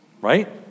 Right